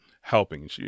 helping